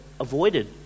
avoided